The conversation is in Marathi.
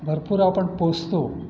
भरपूर आपण पोसतो